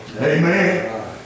Amen